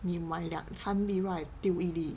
你买两三粒 right 丢一粒